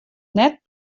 net